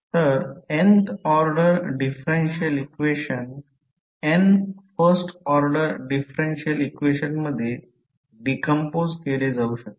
तर nth order differential equation n first order differential equation मध्ये decompose केले जाऊ शकते